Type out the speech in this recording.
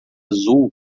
azul